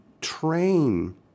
train